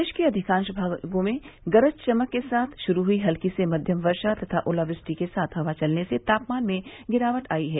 प्रदेश के अधिकांश भागों में गरज चमक के साथ शुरू हुई हल्की से मध्यम वर्षा तथा ओलावृष्टि के साथ हवा चलने से तापमान में गिरावट आई है